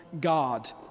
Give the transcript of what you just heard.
God